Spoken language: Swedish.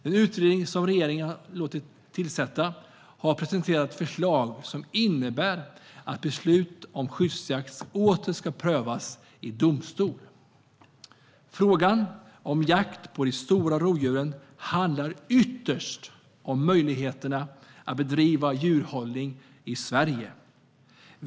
Den utredning som regeringen har låtit tillsätta har presenterat ett förslag som innebär att beslut om skyddsjakt åter ska prövas i domstol. Frågan om jakt på de stora rovdjuren handlar ytterst om möjligheterna att bedriva djurhållning i Sverige.